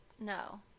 no